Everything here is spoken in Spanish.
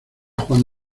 juan